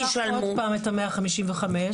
ניקח עוד פעם את המאה חמישים וחמש,